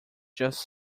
just